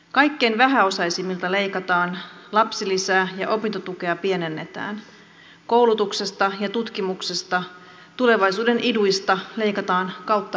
kaikkein vähäosaisimmilta leikataan lapsilisää ja opintotukea pienennetään koulutuksesta ja tutkimuksesta tulevaisuuden iduista leikataan kautta linjan